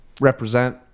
represent